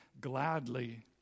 gladly